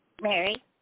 Mary